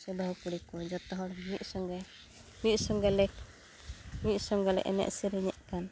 ᱥᱮ ᱵᱟᱹᱦᱩ ᱠᱩᱲᱤ ᱠᱚ ᱡᱚᱛᱚ ᱦᱚᱲ ᱢᱤᱫ ᱥᱚᱸᱜᱮ ᱢᱤᱫ ᱥᱚᱸᱜᱮ ᱞᱮ ᱢᱤᱫ ᱥᱚᱸᱜᱮ ᱞᱮ ᱮᱱᱮᱡ ᱥᱮᱨᱮᱧᱮᱫ ᱠᱟᱱ